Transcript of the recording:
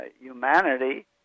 Humanity